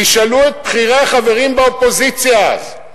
תשאלו את בכירי החברים באופוזיציה אז,